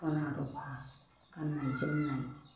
सना रुफा गाननाय जोमनाय